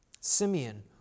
Simeon